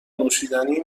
نوشیدنی